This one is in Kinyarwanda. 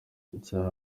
icyaha